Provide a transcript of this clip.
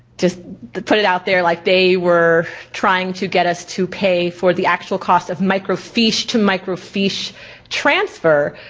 just to put it out there, like they were trying to get us to pay for the actual costs of microfiche to microfiche transfer.